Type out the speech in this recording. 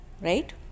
right